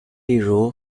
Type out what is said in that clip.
例如